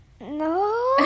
No